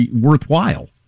worthwhile